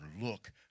look